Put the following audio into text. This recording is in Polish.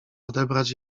odebrać